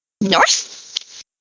North